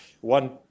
one